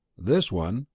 this one,